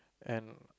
and